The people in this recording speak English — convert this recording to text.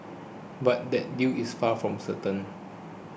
but that deal is far from certain